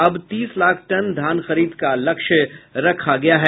अब तीस लाख टन धान खरीद का लक्ष्य रखा गया है